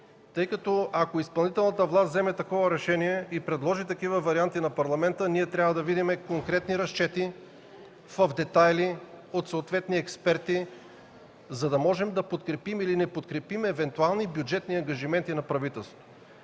тъй като ако тя вземе такова решение и предложи такива варианти на Парламента, трябва да видим конкретни разчети в детайли от съответни експерти, за да можем да подкрепим или да не подкрепим евентуални бюджетни ангажименти на правителството.